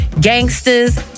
gangsters